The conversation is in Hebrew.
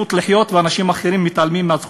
כשהמשטרה וכל התקשורת מדברת על קשר ישיר בין כל מקרי הרצח,